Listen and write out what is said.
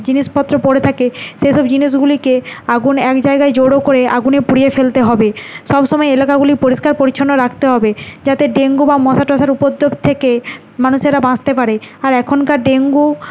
জিনিসপত্র পড়ে থাকে সেসব জিনিসগুলিকে আগুন এক জায়গায় জোড়ো করে আগুনে পুড়িয়ে ফেলতে হবে সব সময় এলাকাগুলি পরিষ্কার পরিচ্ছন্ন রাখতে হবে যাতে ডেঙ্গু বা মশা টসার উপদ্রব থেকে মানুষেরা বাঁচতে পারে আর এখনকার ডেঙ্গু